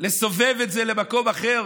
לסובב את זה למקום אחר,